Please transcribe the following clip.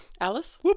Alice